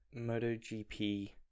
MotoGP